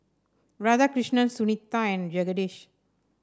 Radhakrishnan Sunita and Jagadish